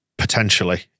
Potentially